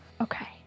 okay